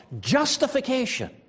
justification